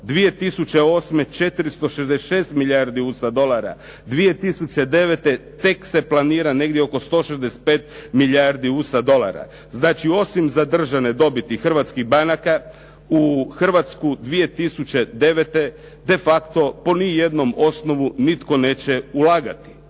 2008. 466 milijardi USA dolara, 2009. tek se planira negdje oko 165 milijardi USA dolara. Znači, osim zadržane dobiti hrvatskih banaka, u Hrvatsku 2009. de facto po ni jednom osnovu nitko neće ulagati.